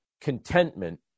contentment